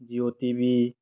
Jio T V